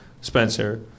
spencer